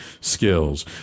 skills